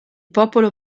popolo